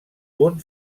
punt